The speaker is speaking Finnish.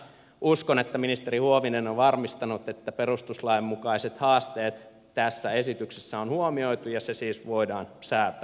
uskon että ministeri huovinen on varmistanut että perustuslain mukaiset haasteet tässä esityksessä on huomioitu ja se siis voidaan säätää